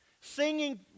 Singing